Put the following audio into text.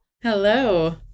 hello